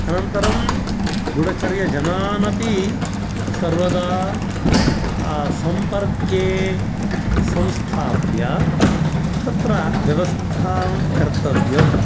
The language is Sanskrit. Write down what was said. अनन्तरं गूडचर्यजनान् अपि सर्वदा सम्पर्के संस्थाप्य तत्र व्यवस्थां कर्तव्यं